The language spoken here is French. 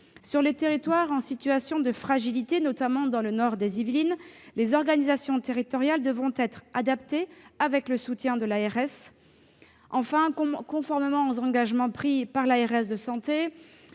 Sur les territoires en situation de fragilité, notamment dans le nord des Yvelines, les organisations territoriales devront être adaptées, avec le soutien de l'ARS. Enfin, conformément aux engagements pris par l'ARS, les